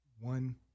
one